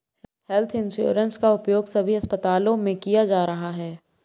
health insurance का उपयोग सभी अस्पतालों में किया जा रहा है